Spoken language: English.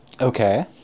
Okay